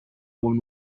woman